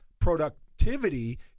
productivity